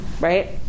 right